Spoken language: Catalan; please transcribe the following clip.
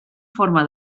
forma